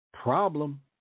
problem